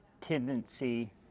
tendency